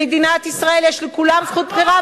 במדינת ישראל לכולם יש זכות בחירה,